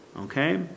okay